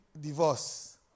divorce